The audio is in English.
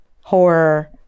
horror